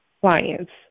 clients